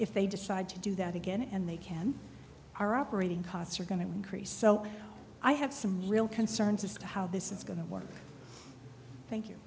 if they decide to do that again and they can our operating costs are going to increase so i have some real concerns as to how this is going to work thank you